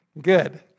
Good